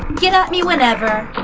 get at me whenever.